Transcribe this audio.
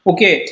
Okay